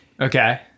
Okay